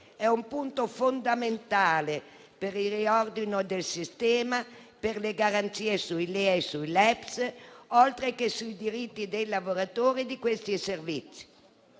È un punto fondamentale per il riordino del sistema, per le garanzie sui LEA e sui LEPS, oltre che sui diritti dei lavoratori di questi servizi.